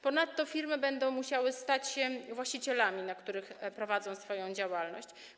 Ponadto firmy będą musiały stać się właścicielami terenów, na których prowadzą swoją działalność.